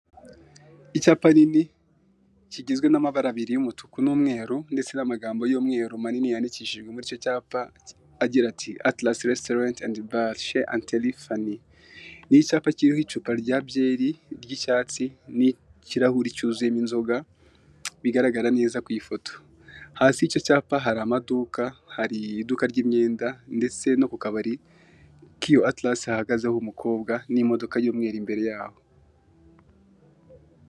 Icyapa cyinini kigizwe n'amabara abiri y'umutuku n'umweru ndetse n'amagambo y'umweru manini yandikishijwe muri icyo cyapa agira ati atirasite restorareti andi bare she ati rifani n'icyapa kiriho icupa rya byeri ry'icyatsi n'ikirahuri cyuzuyemo inzoga bigaragara neza ku ifoto hasi y'icyo cyapa hari amaduka, hari iduka ry'imyenda ndetse no ku kabari hagazeho umukobwa n'imodoka y'umweru imbere yaho.